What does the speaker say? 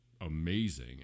amazing